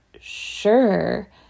sure